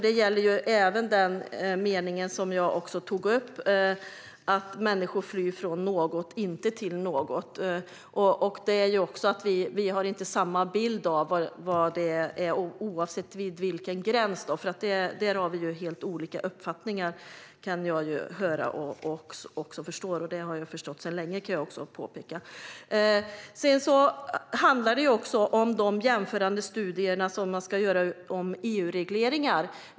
Detta gäller även den mening som jag tog upp: "Människor flyr från något, inte till något." Vi har ju inte samma bild av vad det handlar om, oavsett vilken gräns det gäller. Där har vi helt olika uppfattningar, kan jag förstå. Jag har förstått det sedan länge. Sedan handlar det om jämförande studier av EU-regleringar.